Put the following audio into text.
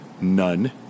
None